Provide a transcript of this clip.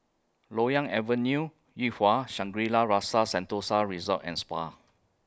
Loyang Avenue Yuhua Shangri La's Rasa Sentosa Resort and Spa